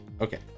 Okay